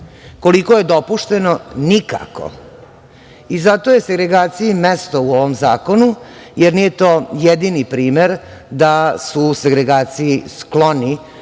Koliko je dopušteno? Nikako. Zato je segregaciji mesto u ovom zakonu, jer nije to jedini primer da su segregaciji skloni